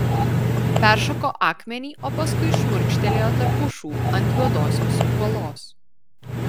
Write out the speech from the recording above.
peršoko akmenį o paskui šmurkštelėjo tarp pušų ant juodosios uolos